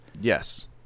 Yes